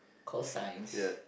call Science